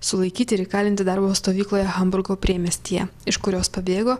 sulaikyti ir įkalinti darbo stovykloje hamburgo priemiestyje iš kurios pabėgo